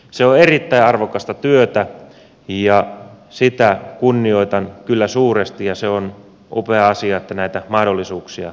se on erittäin arvokasta työtä ja sitä kunnioitan kyllä suuresti ja se on upea asia että näitä mahdollisuuksia meillä on